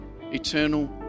eternal